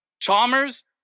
Chalmers